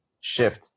shift